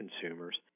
consumers